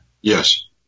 Yes